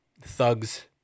Thugs